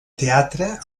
teatre